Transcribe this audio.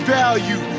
value